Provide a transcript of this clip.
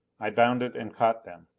i bounded and caught them.